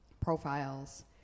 profiles